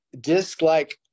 disc-like